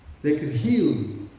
they could heal you.